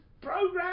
program